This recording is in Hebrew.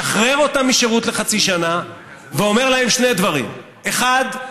משחרר אותם משירות לחצי שנה ואומר להם שני דברים: האחד,